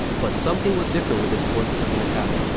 but something was different with this forthcoming attack.